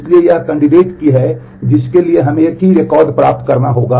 इसलिए यह एक कैंडिडेट की करना होगा